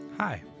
Hi